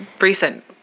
recent